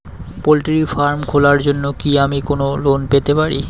Poultry farm খোলার জন্য কি আমি লোন পেতে পারি?